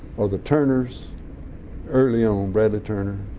or the turners early on, bradley turner,